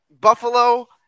Buffalo